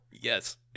Yes